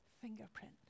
Fingerprint